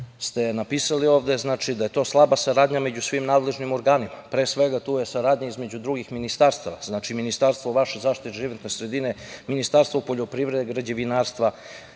ste napisali ovde, znači, da je to slaba saradnja među svim nadležnim organima. Pre svega, tu je saradnja između drugih ministarstava, znači Ministarstvo zaštite životne sredine, Ministarstvo poljoprivrede, Ministarstvo